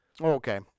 okay